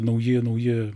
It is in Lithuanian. nauji nauji